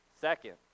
Second